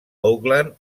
auckland